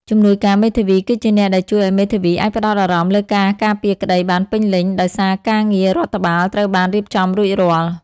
ជំនួយការមេធាវីគឺជាអ្នកដែលជួយឱ្យមេធាវីអាចផ្តោតអារម្មណ៍លើការការពារក្តីបានពេញលេញ ដោយសារការងាររដ្ឋបាលត្រូវបានរៀបចំរួចរាល់។